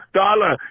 dollar